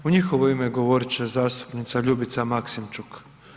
U njihovo ime govorit će zastupnica Ljubica Maksimčuk.